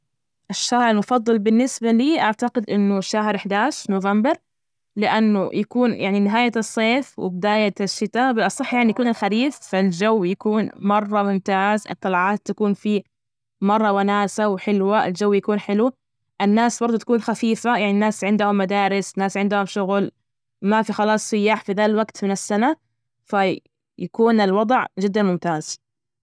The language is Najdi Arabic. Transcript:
الشهر المفضل بالنسبة لي، أعتقد أنه شهر احدى عشر نوفمبر، لأنه يكون يعني نهاية الصيف وبداية الشتاء بالأصح يعني يكون الخريف، فالجو يكون مرة ممتاز، الطلعات تكون فيه مرة وناسة وحلوة، الجو يكون حلو، الناس برضه تكون خفيفة، يعني الناس عندهم مدارس، ناس عندهم شغل ما في خلاص سياح في ذا الوجت من السنة فيكون الوضع جدا ممتاز.